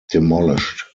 demolished